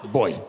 boy